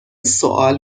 سوال